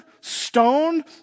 stoned